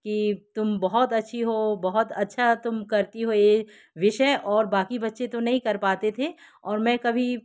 कि तुम बहुत अच्छी हो बहुत अच्छा तुम करती हो ये विषय और बाकी बच्चे तो नहीं कर पाते थे और मैं कभी